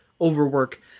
overwork